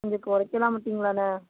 எங்களுக்கு குறைக்கலாம் மாட்டிங்களாண்ண